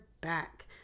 back